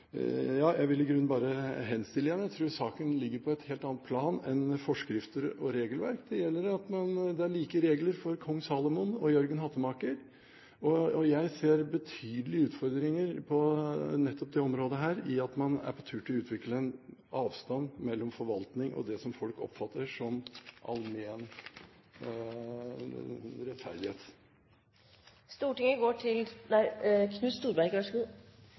Jeg vil i grunnen bare henstille igjen. Jeg tror saken ligger på et helt annet plan enn forskrifter og regelverk, og handler om like regler for kong Salomo og Jørgen hattemaker. Jeg ser nettopp på det området betydelige utfordringer i at man er på tur til å utvikle en avstand mellom forvaltning og det som folk oppfatter som allmenn rettferdighet. Hvis jeg bare får lov til